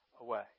away